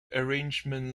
arrangement